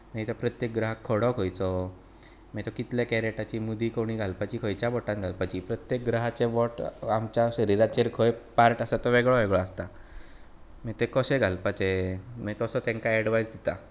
ना तर प्रत्येक ग्रहाक खडो खंयचो मागीर कितल्या कॅरटाची मुदी कोणी घालपाची खंयच्या बोटाक घालपाची प्रत्येक ग्रहाचें बोट आमच्या शरिराचेर खंय पार्ट आसता तो वेगळो वेगळो आसता ते कशे घालपाचे मागीर तसो तांकां एडवायज दिता